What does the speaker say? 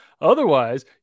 Otherwise